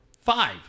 five